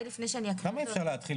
למה אי אפשר להתחיל